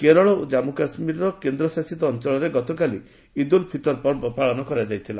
କେରଳ ଓ ଜାନ୍ଗୁ କାଶ୍ମୀର କେନ୍ଦ୍ର ଶାସିତ ଅଞ୍ଚଳରେ ଗତକାଲି ଇଦ୍ ଉଲ୍ ଫିତର ପର୍ବ ପାଳନ କରାଯାଇଥିଲା